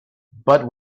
but